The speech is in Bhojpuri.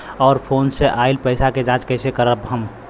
और फोन से आईल पैसा के जांच कैसे करब हम?